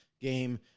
game